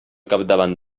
capdavant